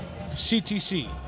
CTC